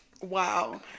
Wow